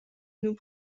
nous